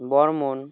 Barman